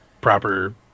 proper